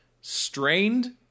Strained